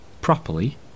properly